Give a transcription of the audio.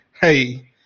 Hey